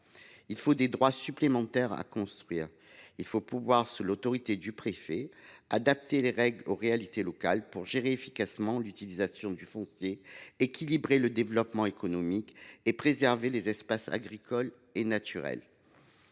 Il faut des droits supplémentaires à construire. Il faut pouvoir, sous l’autorité du préfet, adapter les règles aux réalités locales pour gérer efficacement l’utilisation du foncier, équilibrer le développement économique et préserver les espaces agricoles et naturels.